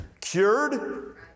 cured